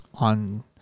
on